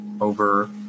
over